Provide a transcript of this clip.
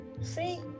See